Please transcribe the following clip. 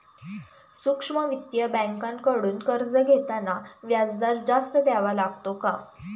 सूक्ष्म वित्तीय बँकांकडून कर्ज घेताना व्याजदर जास्त द्यावा लागतो का?